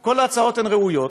כל ההצעות הן ראויות,